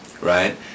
right